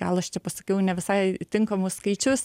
gal aš čia pasakiau ne visai tinkamus skaičius